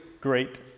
great